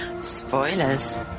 Spoilers